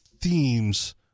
themes